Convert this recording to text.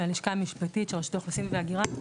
מהלשכה המשפטית של רשות האוכלוסין וההגירה.